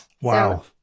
Wow